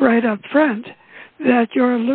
right up front that you're